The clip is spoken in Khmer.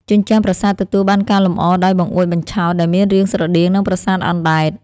ជញ្ជាំងប្រាសាទទទួលបានការលម្អដោយបង្អួចបញ្ឆោត ដែលមានរាងស្រដៀងនឹងប្រាសាទអណ្តែត។